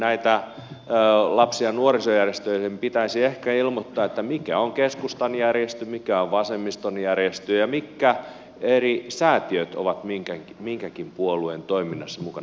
näiden lapsi ja nuorisojärjestöjen pitäisi ehkä ilmoittaa mikä on keskustan järjestö mikä on vasemmiston järjestö ja mitkä eri säätiöt ovat minkäkin puolueen toiminnassa mukana